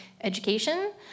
education